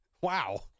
Wow